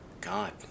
God